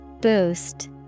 Boost